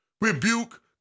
rebuke